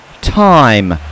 Time